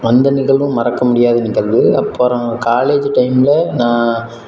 அந்த நிகழ்வும் மறக்க முடியாத நிகழ்வு அப்புறம் காலேஜ் டைமில் நான்